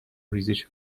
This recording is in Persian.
ریزش